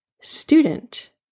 student